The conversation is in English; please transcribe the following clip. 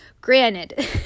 granted